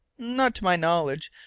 not to my knowledge.